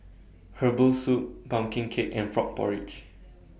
Herbal Soup Pumpkin Cake and Frog Porridge